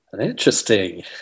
Interesting